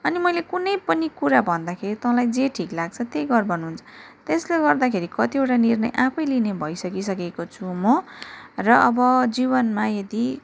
अनि मैले कुनै पनि कुरा भन्दाखेरि तँलाई जे ठीक लाग्छ त्यही गर भन्नुहुन्छ त्यसले गर्दाखेरि कतिवटा निर्णय आफै लिने भइसकिसकेको छु म र अब जीवनमा यदि